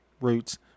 roots